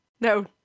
No